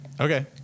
Okay